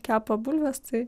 kepa bulves tai